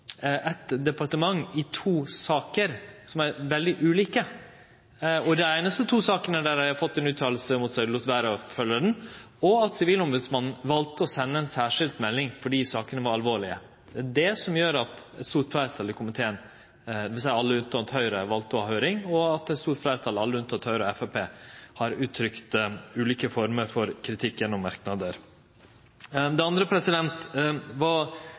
eit departement i to saker som er veldig ulike – og dei einaste to sakene der dei har fått ein uttale mot seg – lét vere å følgje uttalen, og at Sivilombodsmannen valde å sende ei særskild melding fordi sakene var alvorlege, som gjer at eit stort fleirtal i komiteen, dvs. alle unntatt Høgre, valde å ha høyring, og at eit stort fleirtal, alle unntatt Høgre og Framstegspartiet, har uttrykt ulike former for kritikk gjennom merknader. Det andre